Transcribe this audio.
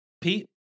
Pete